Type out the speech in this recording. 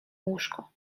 łóżko